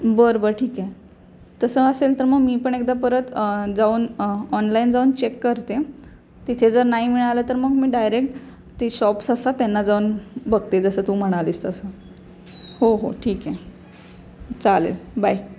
बरं बरं ठीक आहे तसं असेल तर मग मी पण एकदा परत जाऊन ऑनलाईन जाऊन चेक करते तिथे जर नाही मिळालं तर मग मी डायरेक ते शॉप्स असतात त्यांना जाऊन बघते जसं तू म्हणालीस तसं हो हो ठीक आहे चालेल बाय